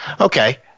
Okay